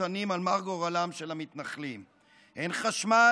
תנין על מר גורלם של המתנחלים: אין חשמל,